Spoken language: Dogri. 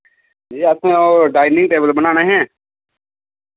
जी असैं ओह् डाइनिंग टेबल बनान्ने हे